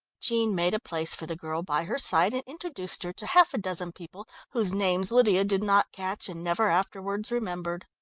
jean made a place for the girl by her side and introduced her to half a dozen people whose names lydia did not catch, and never afterwards remembered.